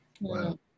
Wow